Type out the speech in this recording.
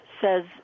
says